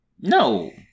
No